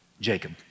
Jacob